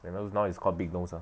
you know now it's called big nose ah